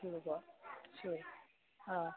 ꯁꯨꯔꯕꯣ ꯁꯨꯔꯦ ꯑꯥ